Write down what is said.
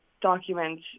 document